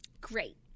Great